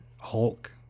Hulk